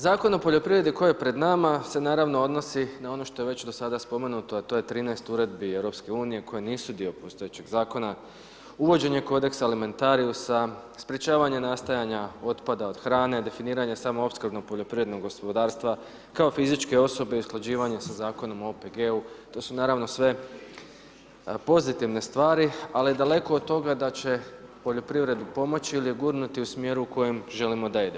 Zakon o poljoprivredi koji je pred nama se naravno odnosi na ono što je već do sada spomenuto a to je 13 uredbi EU koje nisu dio postojećeg zakona, uvođenje kodeksa alimentariusa, sprečavanje nastajanja otpada od hrane, definiranja samoopskrbnog poljoprivrednog gospodarstva kao fizičke osobe i usklađivanje sa Zakonom o OPG-u, to su naravno sve pozitivne stvari ali daleko od toga da će poljoprivredi pomoći ili je gurnuti u smjeru u kojem želimo da ide.